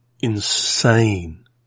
insane